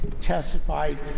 testified